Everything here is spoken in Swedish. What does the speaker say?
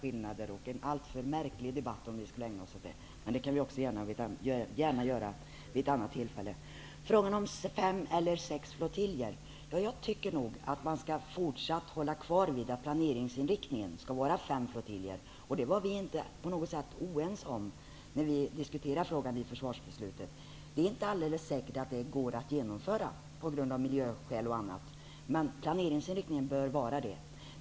Det skulle bli en alltför märklig debatt om vi ägnade oss åt den sortens diskussioner. Vid ett annat tillfälle kan vi dock ta upp de här sakerna. Så till frågan om det skall vara fem eller sex flottiljer. Jag tycker nog att man fortsättningsvis skall hålla fast vid en planeringsinriktning som innebär att det skall vara fem flottiljer. Vi har inte på något sätt varit oense om den saken när frågan diskuterades i samband med försvarsbeslutet. Det är inte alldeles säkert att detta kan genomföras av bl.a. miljöskäl. Planeringsinriktningen bör dock vara vad som här anförts.